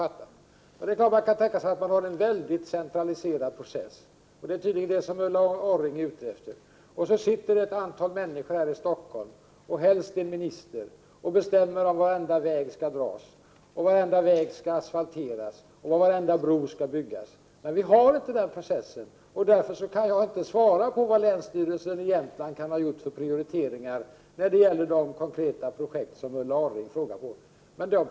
Det är klart att man kan tänka sig en mycket centraliserad process, och det är tydligen vad Ulla Orring är ute efter, vid vilken ett antal människor i Stockholm, helst också en minister, sitter och bestämmer var varje väg skall dras, var varje väg skall asfalteras och var varenda bro skall byggas. Vi har inte en sådan process, och därför kan jag inte svara på vilka prioriteringar länsstyrelsen i Jämtlands län kan ha gjort vad gäller de konkreta projekt Ulla Orring frågar om.